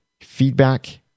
feedback